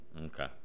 Okay